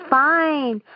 fine